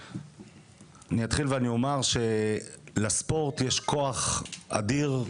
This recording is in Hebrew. אני אתחיל ואני אומר שלספורט יש כוח אדיר,